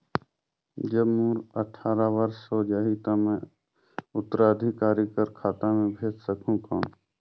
जब मोर अट्ठारह वर्ष हो जाहि ता मैं उत्तराधिकारी कर खाता मे भेज सकहुं कौन?